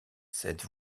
cette